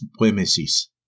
premises